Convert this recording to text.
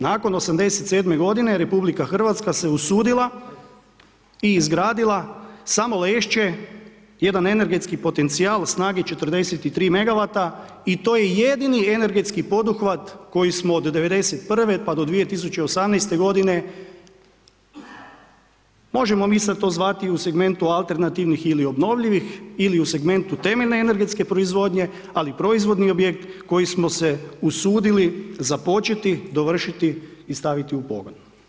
Nakon '87. godine RH se usudila i izradila samo Lešće jedan energetski potencijal snage 43 MW i to je jedini energetski poduhvat koji smo od '91. pa do 2018. godine možemo mi sada to zvati u segmentu alternativnih ili obnovljivih ili u segmentu temeljne energetske proizvodnje, ali proizvodni objekt koji smo se usudili započeti dovršiti i staviti u pogonu.